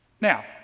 Now